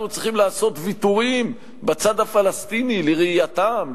אנחנו צריכים לעשות ויתורים בצד הפלסטיני לראייתם,